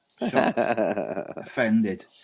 offended